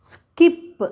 skip